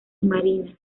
marina